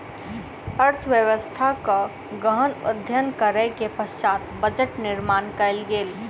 अर्थव्यवस्थाक गहन अध्ययन करै के पश्चात बजट निर्माण कयल गेल